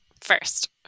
first